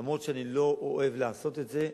אף שאני לא אוהב לעשות את זה,